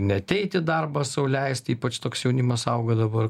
neateit į darbą sau leist ypač toks jaunimas auga dabar